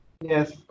yes